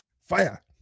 Fire